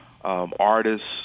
artists